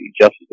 Justice